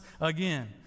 again